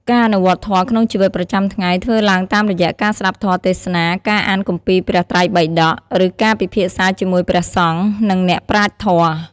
ការអនុវត្តធម៌ក្នុងជីវិតប្រចាំថ្ងៃធ្វើឡើងតាមរយៈការស្ដាប់ធម៌ទេសនា ការអានគម្ពីរព្រះត្រៃបិដក ឬការពិភាក្សាជាមួយព្រះសង្ឃ និងអ្នកប្រាជ្ញធម៌។